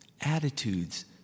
attitudes